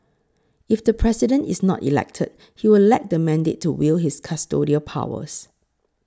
if the President is not elected he will lack the mandate to wield his custodial powers